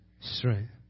strength